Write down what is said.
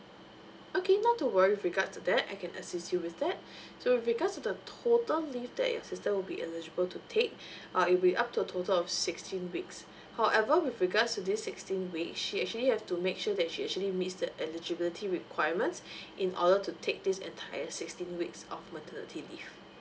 okay not to worry with regards to that I can assist you with that so with regards to the total leave that your sister will be eligible to take uh it'll be up to a total of sixteen weeks however with regards to this sixteen week she actually have to make sure that she actually meets the eligibility requirements in order to take this entire sixteen weeks of maternity leave